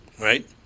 Right